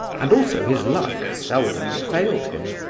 and also, his luck seldom failed him,